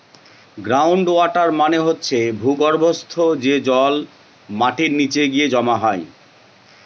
ground water মানে হচ্ছে ভূর্গভস্ত, যে জল মাটির নিচে গিয়ে জমা হয়